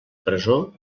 presó